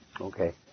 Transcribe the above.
okay